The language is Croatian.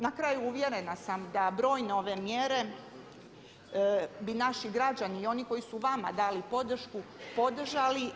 Na kraju, uvjerena sam da brojne ove mjere bi naši građani i oni koji su vama dali podršku podržali.